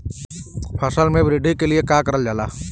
फसल मे वृद्धि के लिए का करल जाला?